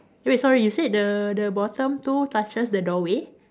wait sorry you said the the bottom two touches the doorway